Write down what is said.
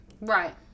Right